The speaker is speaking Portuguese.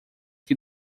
que